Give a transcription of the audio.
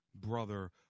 brother